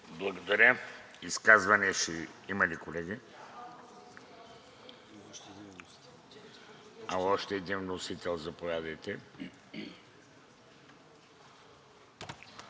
Благодаря. Изказвания има ли, колеги? А, още един вносител. Заповядайте.